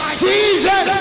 season